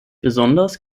besonders